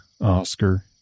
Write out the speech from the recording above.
Oscar